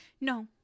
No